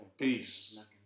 Peace